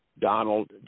donald